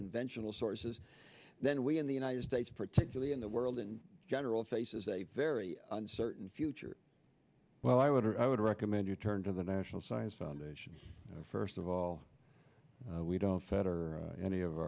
conventional sources then we in the united states particularly in the world in general faces a very uncertain future well i would i would recommend you turn to the national science foundation first of all we don't federer any of